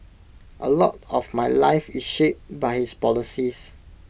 A lot of my life is shaped by his policies